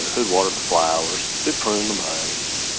who'd water the flowers? who'd prune the maze?